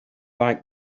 like